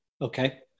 Okay